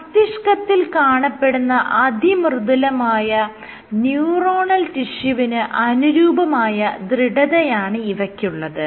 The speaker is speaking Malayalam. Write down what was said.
മസ്തിഷ്കത്തിൽ കാണപ്പെടുന്ന അതിമൃദുലമായ ന്യൂറോണൽ ടിഷ്യൂവിന് അനുരൂപമായ ദൃഢതയാണ് ഇവയ്ക്കുള്ളത്